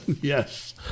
Yes